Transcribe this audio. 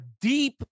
deep